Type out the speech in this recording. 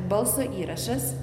balso įrašas